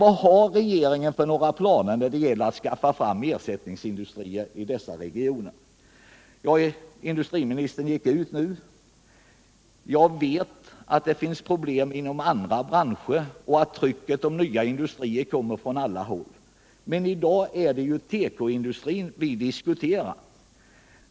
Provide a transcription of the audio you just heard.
Vilka planer har regeringen när det gäller att skaffa fram ersättningsindustrier i dessa regioner? Industriministern har nu lämnat kammaren. Jag vet att problemen finns även inom andra branscher, och trycket om nya industrier kommer från alla håll. Men i dag är det tekoindustrin vi diskuterar.